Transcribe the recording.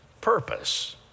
purpose